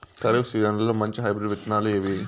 ఖరీఫ్ సీజన్లలో మంచి హైబ్రిడ్ విత్తనాలు ఏవి